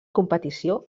competició